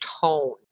tone